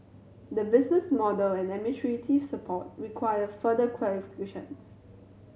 the business model and administrative support require further clarifications